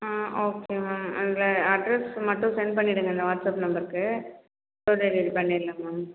okay ma'am அங்கே address மட்டும் send பண்ணிடுங்க இந்த வாட்ஸ்ஆப் நம்பருக்கு டோர் டெலிவரி பண்ணிடலாம் மேம்